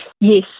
Yes